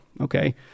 Okay